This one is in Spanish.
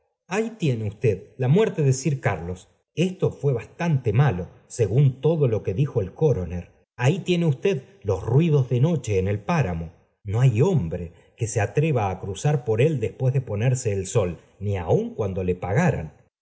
ahí tiene usted la muerte de sir carlos esto fue bastante malo según todo lo que dijo el cotoner ahí tiene usted los ruidos de noche en el páramo no hay hombro que se atreva á cruzar por el después de ponerse el sol ni aun cuando le pagaran